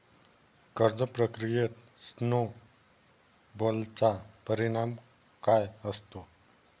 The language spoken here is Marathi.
कर्ज प्रक्रियेत स्नो बॉलचा परिणाम काय असतो?